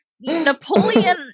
Napoleon